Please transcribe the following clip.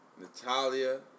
Natalia